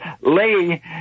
Lee